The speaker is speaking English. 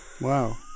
wow